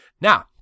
Now